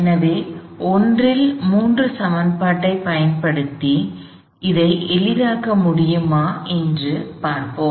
எனவே 1 இல் 3 சமன்பாட்டைப் பயன்படுத்தி இதை எளிதாக்க முடியுமா என்று பார்ப்போம்